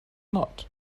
not